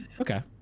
Okay